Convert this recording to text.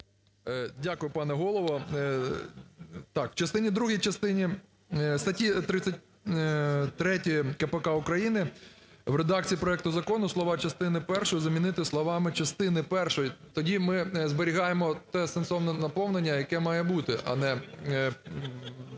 Дякую, пане Голово. Так, в частині другій статті 33 КПК України (у редакції проекту закону) слова "частиною першою" замінити словами "частини першої", тоді ми зберігаємо те сенсовне наповнення, яке має бути, а не